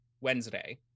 Wednesday